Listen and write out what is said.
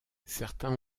certains